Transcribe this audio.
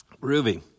Ruby